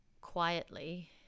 quietly